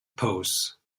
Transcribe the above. pose